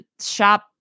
shop